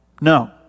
No